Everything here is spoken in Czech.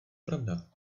pravda